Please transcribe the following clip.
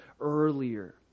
earlier